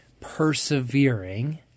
persevering